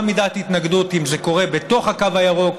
מידת התנגדות אם זה קורה בתוך הקו הירוק,